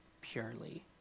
purely